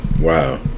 Wow